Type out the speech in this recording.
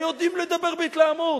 הם יודעים לדבר בהתלהמות.